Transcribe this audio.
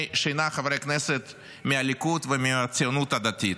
השינה חברי הכנסת מהליכוד ומהציונות הדתית.